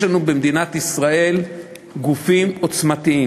יש לנו במדינת ישראל גופים עוצמתיים,